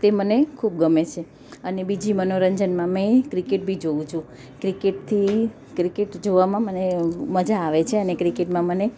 તે મને ખૂબ ગમે છે અને બીજી મનોરંજનમાં મેં ક્રિકેટ બી જોઉં છું ક્રિકેટથી ક્રિકેટ જોવામાં મને મજા આવે છે અને ક્રિકેટમાં મને